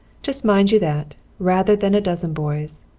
just mind you that rather than a dozen boys.